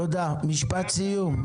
משפט סיום,